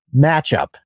matchup